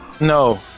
No